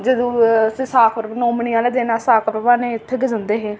जदूं अस साख नौमनी आह्ले दिन अस साख प्रवाह्नै गी इत्थै गै जंदे हे